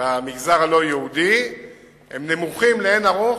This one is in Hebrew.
במגזר הלא-יהודי הם נמוכים לאין ערוך